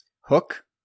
Hook